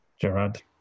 Gerard